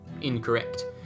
incorrect